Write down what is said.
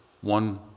one